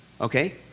okay